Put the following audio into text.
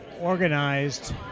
organized